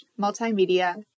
multimedia